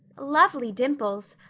lovely dimples,